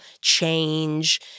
change